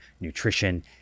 nutrition